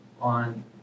on